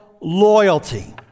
loyalty